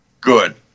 Good